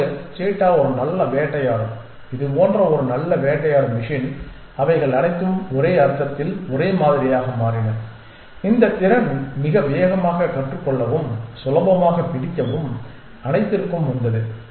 இப்போது சீட்டா ஒரு நல்ல வேட்டையாடும் இது போன்ற ஒரு நல்ல வேட்டையாடும் மெஷின் அவைகள் அனைத்தும் ஒரே அர்த்தத்தில் ஒரே மாதிரியாக மாறின இந்த திறன் மிக வேகமாக கற்றுக் கொள்ளவும் சுலபமாக பிடிக்கவும் அனைத்திற்கும் வந்தது